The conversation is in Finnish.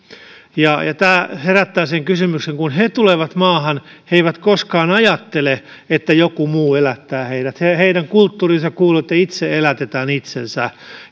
tämä herättää kysymyksen kun he he tulevat maahan he eivät koskaan ajattele että joku muu elättää heidät heidän heidän kulttuuriinsa kuuluu että jokainen itse elättää itsensä